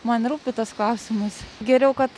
man rūpi tas klausimas geriau kad